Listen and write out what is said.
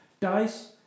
dice